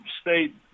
state